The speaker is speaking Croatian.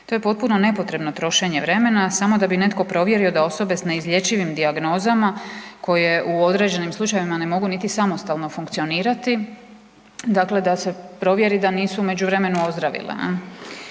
To je potpuno nepotrebno trošenje vremena samo da bi netko provjerio s neizlječivim dijagnozama koje u određenim slučajevima ne mogu niti samostalno funkcionirati, dakle da se provjeri da nisu u međuvremenu ozdravile.